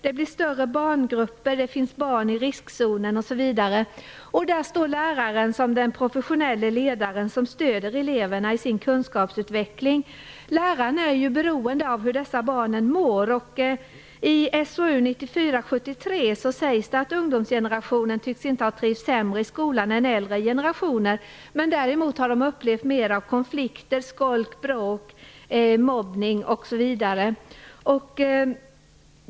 Det blir större barngrupper, det finns barn i riskzonen osv. Där står läraren som den professionelle ledaren som skall stödja eleverna i deras kunskapsutveckling. Läraren är beroende av hur barnen mår. Det framhålls i SOU 1994:73 att nutidens ungdomsgeneration inte tycks ha trivts sämre i skolan än äldre generationer men däremot har upplevt mer av konflikter, skolk, bråk, mobbning osv.